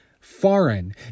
foreign